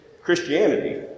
Christianity